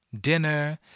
dinner